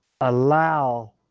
allow